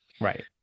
Right